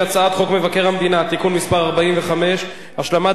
הצעת חוק מבקר המדינה (תיקון מס' 45) (השלמת